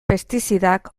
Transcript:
pestizidak